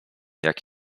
jak